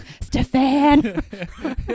Stefan